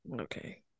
Okay